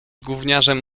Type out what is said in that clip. gówniarzem